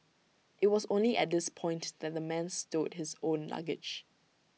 IT was only at this point that the man stowed his own luggage